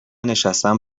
نشستن